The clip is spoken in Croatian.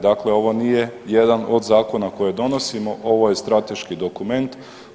Dakle, ovo nije jedan od zakona koje donosimo, ovo je strateški dokument.